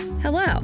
Hello